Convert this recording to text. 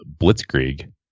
blitzkrieg